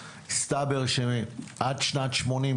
מסתבר שעד שנת 1980,